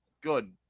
good